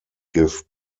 give